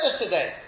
today